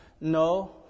No